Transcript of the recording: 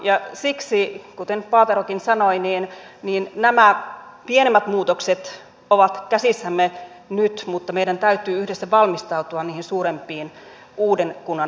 ja siksi kuten paaterokin sanoi nämä pienemmät muutokset ovat käsissämme nyt mutta meidän täytyy yhdessä valmistautua niihin suurempiin uuden kunnan haasteisiin